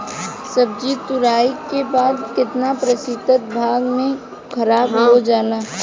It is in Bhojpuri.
सब्जी तुराई के बाद केतना प्रतिशत भाग खराब हो जाला?